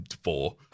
Four